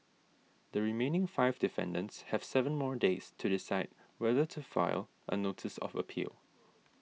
the remaining five defendants have seven more days to decide whether to file a notice of appeal